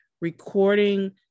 recording